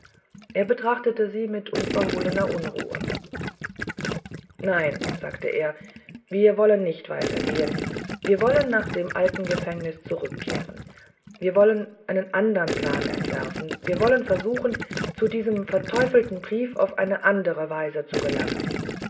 dieresignationderverzweiflung sieerhieltdadurcheineunatürlicheherrschaftüber sichselbst diesieinonkeljosephsaugenfastzueinemganzandernwesenmachte er betrachtetesiemitunverhohlenerunruhe nein sagte er wir wollen nicht weiter gehen wir wollen nach dem alten gefängnis zurückkehren wir wollen einen andern plan entwerfen wir wollen versuchen zu diesem verteufelten brief auf eine andere weise zu gelangen